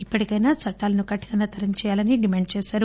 ఇప్పటికైనా చట్టాలను కరినతరం చేయాలనీ డిమాండ్ చేశారు